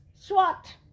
SWAT